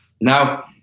Now